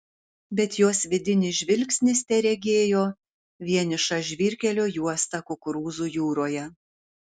bet jos vidinis žvilgsnis teregėjo vienišą žvyrkelio juostą kukurūzų jūroje